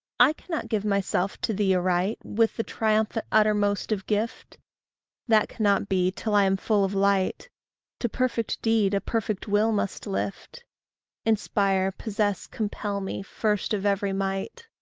i cannot give myself to thee aright with the triumphant uttermost of gift that cannot be till i am full of light to perfect deed a perfect will must lift inspire, possess, compel me, first of every might.